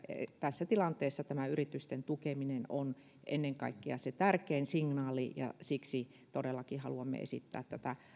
tässä tilanteessa yritysten tukeminen on ennen kaikkea tärkein signaali ja siksi todellakin haluamme esittää tätä